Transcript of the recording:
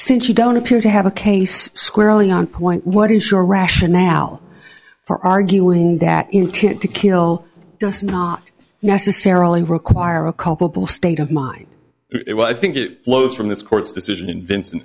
since you don't appear to have a case squarely on point what is your rationale for arguing that intent to kill does not necessarily require a comparable state of mind it was i think it flows from this court's decision in vincent